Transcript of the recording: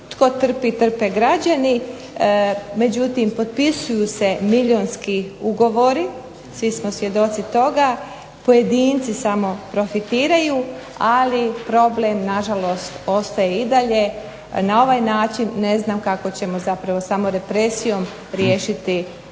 Tko trpi? Trpe građani. Međutim, potpisuju se milijunski ugovori, svi smo svjedoci toga, pojedinci samo profitiraju, ali problem nažalost ostaje i dalje. Na ovaj način ne znam kako ćemo zapravo samo represijom riješiti huliganska